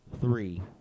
three